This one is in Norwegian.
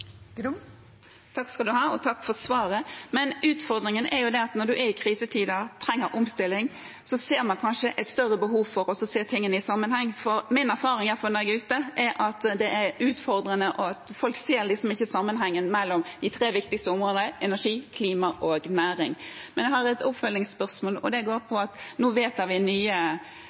Takk for svaret. Utfordringen er at når man er i krisetider og trenger omstilling, er det kanskje et større behov for å se tingene i sammenheng. Min erfaring er i hvert fall, når jeg er ute, at det er utfordrende. Folk ser liksom ikke sammenhengen mellom de tre viktigste områdene – energi, klima og næring. Jeg har et oppfølgingsspørsmål. Nå vedtar vi nye rammer for framtidig utbygging, men i hvilken grad vil de rammene legges til grunn for skjønnet i de sakene som nå